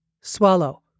Swallow